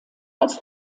als